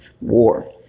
war